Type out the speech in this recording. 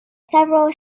several